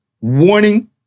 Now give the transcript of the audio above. warning